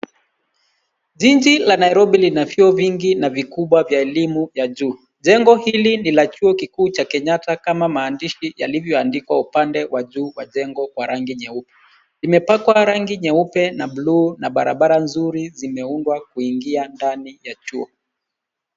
Jiji la Nairobi lina vyuo vingi na vikubwa vya elimu ya juu. Jengo hili ni la chuo kikuu cha Kneyatta kama maandishi yalivyoandikwa upande wa juu wa jengo wa rangi nyeupe. Imepakwa rangi nyeupe na buluu na barabara nzuri zimeundwa kuingia ndani ya chuo.